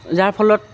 যাৰ ফলত